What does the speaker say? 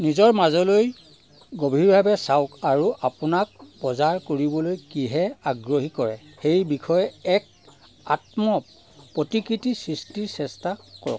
নিজৰ মাজলৈ গভীৰভাৱে চাওক আৰু আপোনাক বজাৰ কৰিবলৈ কিহে আগ্ৰহী কৰে সেই বিষয়ে এক আত্ম প্ৰতিকৃতি সৃষ্টিৰ চেষ্টা কৰক